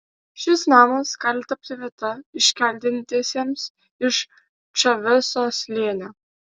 šis namas gali tapti vieta iškeldintiesiems iš čaveso slėnio